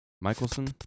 Michelson